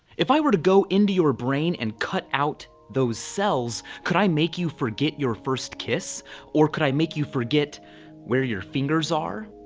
if i were to go into your brain and cut out those cells, could i make you forget your first kiss or could i make you forget where your fingers are?